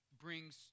brings